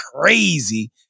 crazy